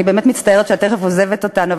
אני באמת מצטערת שאת תכף עוזבת אותנו,